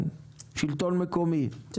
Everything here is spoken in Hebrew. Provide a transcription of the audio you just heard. שלטון מקומי, בבקשה.